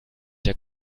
der